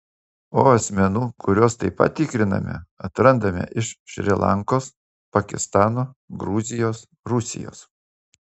o asmenų kuriuos taip pat tikriname atrandame iš šri lankos pakistano gruzijos rusijos